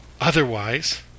Otherwise